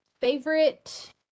Favorite